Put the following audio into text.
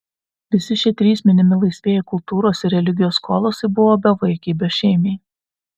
visi šie trys minimi laisvieji kultūros ir religijos kolosai buvo bevaikiai bešeimiai